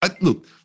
Look